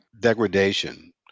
degradation